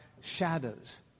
shadows